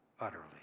utterly